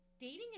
dating